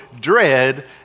dread